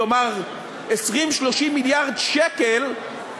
כלומר 20 30 מיליארד שקל,